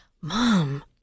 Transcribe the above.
Mom